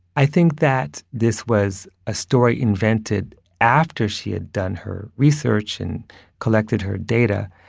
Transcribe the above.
i think that this was a story invented after she had done her research and collected her data.